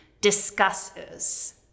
discusses